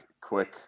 quick